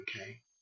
Okay